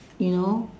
you know